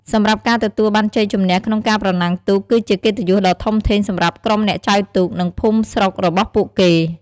សម្រាប់ការទទួលបានជ័យជំនះក្នុងការប្រណាំងទូក គឺជាកិត្តិយសដ៏ធំធេងសម្រាប់ក្រុមអ្នកចែវទូក និងភូមិស្រុករបស់ពួកគេ។